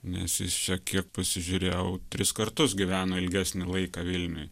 nes jis čia kiek pasižiūrėjau tris kartus gyveno ilgesnį laiką vilniuj